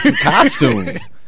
costumes